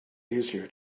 easier